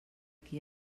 qui